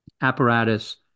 apparatus